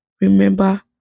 remember